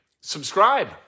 Subscribe